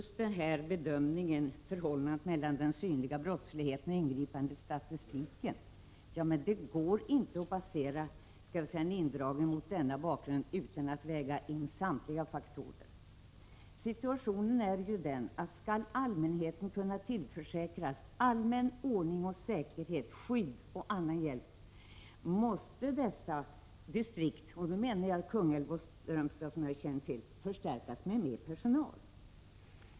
Man kan inte bedöma förhållandet mellan den synliga brottsligheten och ingripandestatistiken utan att väga in samtliga faktorer. Om allmänheten skall kunna tillförsäkras allmän ordning och säkerhet, skydd och annan hjälp kan den föreslagna indragningen inte ske.